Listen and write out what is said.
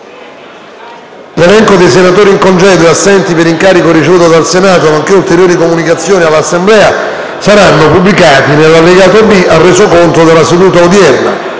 L'elenco dei senatori in congedo e assenti per incarico ricevuto dal Senato, nonché ulteriori comunicazioni all'Assemblea saranno pubblicati nell'allegato B al Resoconto della seduta odierna.